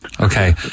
Okay